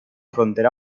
frontera